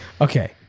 Okay